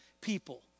people